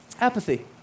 Apathy